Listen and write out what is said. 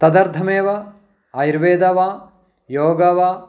तदर्थमेव आयुर्वेदः वा योगः वा